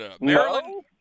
Maryland